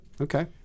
Okay